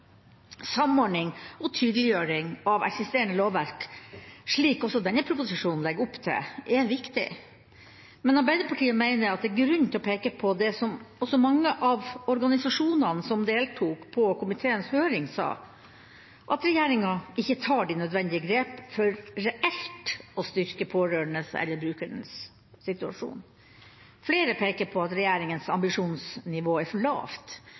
Samordning og tydeliggjøring av eksisterende lovverk, slik også denne proposisjonen legger opp til, er viktig. Men Arbeiderpartiet mener det er grunn til å peke på det som også mange av organisasjonene som deltok på komiteens høring, sa, at regjeringa ikke tar de nødvendige grep for reelt å styrke de pårørendes eller brukernes situasjon. Flere peker på at regjeringas ambisjonsnivå er altfor lavt